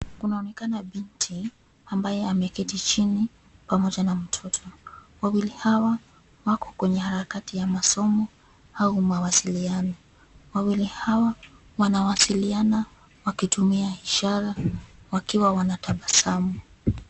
Kunaonekana binti ambaye ameketi chini pamoja na mtoto. Wawili hawa wako kwenye harakati ya masomo au mawasiliano. Wawili hawa wanawasiliana wakitumia ishara wakiwa wanatabasamu.